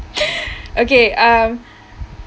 okay um